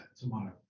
tomorrow